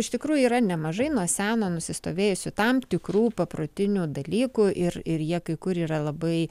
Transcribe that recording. iš tikrųjų yra nemažai nuo seno nusistovėjusių tam tikrų paprotinių dalykų ir ir jie kai kur yra labai